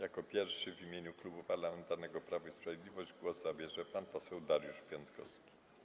Jako pierwszy w imieniu Klubu Parlamentarnego Prawo i Sprawiedliwość głos zabierze pan poseł Dariusz Piontkowski.